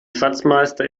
schatzmeister